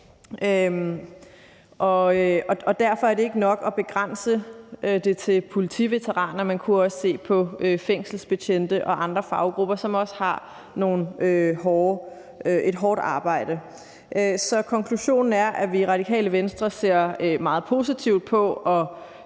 derfor er det ikke nok at begrænse det til politiveteraner. Man kunne også se på fængselsbetjente og andre faggrupper, som også har et hårdt arbejde. Så konklusionen er, at vi i Radikale Venstre ser meget positivt på